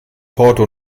porto